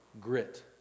grit